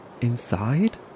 inside